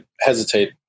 hesitate